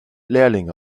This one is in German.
lehrlinge